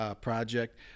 project